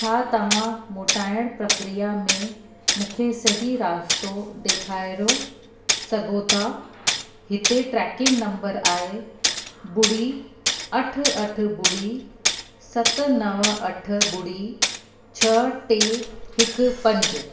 छा तव्हां मोटाइणु प्रक्रिया में मूंखे सही रास्तो ॾेखारो सघो था हिते ट्रैकिंग नंबर आहे ॿुड़ी अठ अठ ॿुड़ी सत नव अठ ॿुड़ी छ टे हिकु पंज